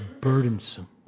burdensome